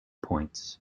points